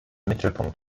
mittelpunkt